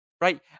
right